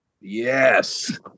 Yes